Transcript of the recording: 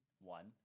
one